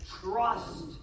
trust